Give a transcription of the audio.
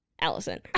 Allison